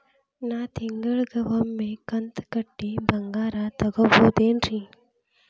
ನಾ ತಿಂಗಳಿಗ ಒಮ್ಮೆ ಕಂತ ಕಟ್ಟಿ ಬಂಗಾರ ತಗೋಬಹುದೇನ್ರಿ?